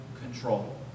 control